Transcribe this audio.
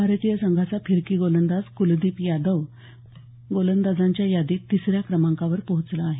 भारतीय संघाचा फिरकी गोलंदाज कुलदीप यादवही गोलंदाजांच्या यादीत तिसऱ्या क्रमांकावर पोहचला आहे